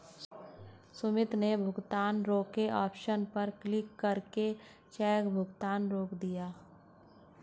सुमित ने भुगतान रोके ऑप्शन पर क्लिक करके चेक भुगतान रोक दिया